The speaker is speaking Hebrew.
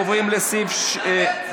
אנחנו עוברים לסעיף הבא בסדר-היום,